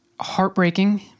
heartbreaking